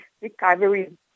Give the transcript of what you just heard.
recovery